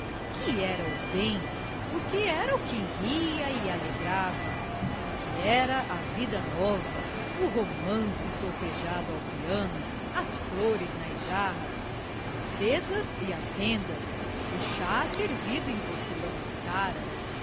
que era o bem porque era o que ria e alegrava porque era a vida nova o romance solfejado ao piano as flores nas jarras as sedas e as rendas o chá servido em porcelanas caras